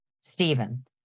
Stephen